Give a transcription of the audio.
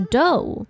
Dough